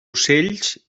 ocells